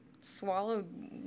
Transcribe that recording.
swallowed